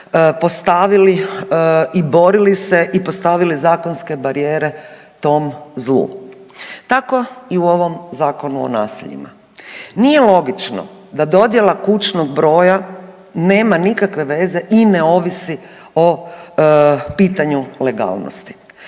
postavili i borili se i postavili zakonske barijere tom zlu. Tako i u ovom Zakonu o naseljima nije logično da dodjela kućnog broja nema nikakve veze i ne ovisi o pitanju legalnosti.